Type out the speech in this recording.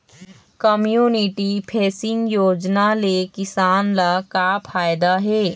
Community facing योजना ले किसान ल का फायदा हे?